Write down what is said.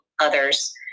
others